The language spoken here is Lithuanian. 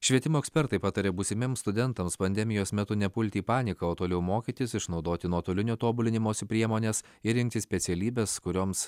švietimo ekspertai pataria būsimiems studentams pandemijos metu nepulti į paniką o toliau mokytis išnaudoti nuotolinio tobulinimosi priemones ir rinktis specialybes kurioms